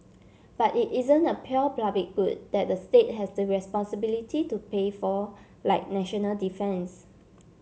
but it isn't a pure public good that the state has the responsibility to pay for like national defence